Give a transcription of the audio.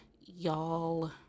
y'all